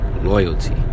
Loyalty